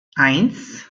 eins